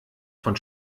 von